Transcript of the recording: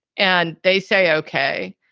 and they say, ok,